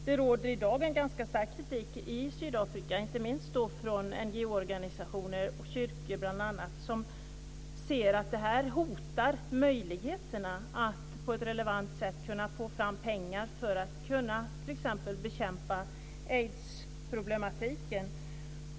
Det riktas i dag ganska stark kritik i Sydafrika, inte minst från NGO:er och kyrkor bl.a. som säger att detta hotar möjligheterna att på ett relevant sätt få fram pengar för att t.ex. kunna bekämpa aidsproblematiken.